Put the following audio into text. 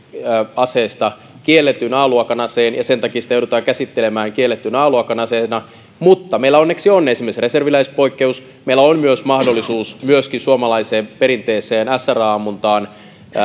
aseesta kielletyn a luokan aseen ja sen takia sitä joudutaan käsittelemään kiellettynä a luokan aseena mutta meillä onneksi on esimerkiksi reserviläispoikkeus meillä on mahdollisuus myöskin suomalaiseen perinteiseen sra ammuntaan